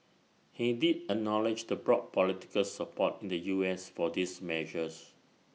he did A knowledge the broad political support in the U S for these measures